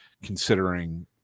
considering